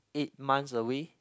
eight months away